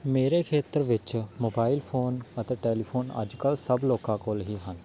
ਮੇਰੇ ਖੇਤਰ ਵਿੱਚ ਮੋਬਾਇਲ ਫੋਨ ਅਤੇ ਟੈਲੀਫੋਨ ਅੱਜ ਕੱਲ੍ਹ ਸਭ ਲੋਕਾਂ ਕੋਲ ਹੀ ਹਨ